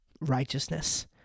righteousness